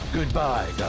Goodbye